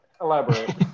Elaborate